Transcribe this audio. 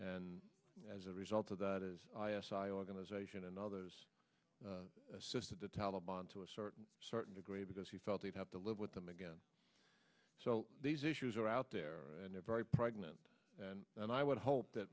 and as a result of that as i s i organization and others assisted the taliban to a certain certain degree because he felt he'd have to live with them again so these issues are out there and they're very pregnant and i would hope that